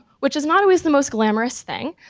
which is not always the most glamorous thing,